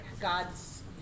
God's